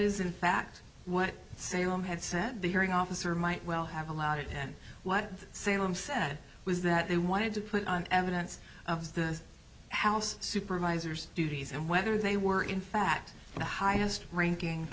is in fact what salem had said the hearing officer might well have allowed it and what sam said was that they wanted to put on evidence of the house supervisors duties and whether they were in fact the highest ranking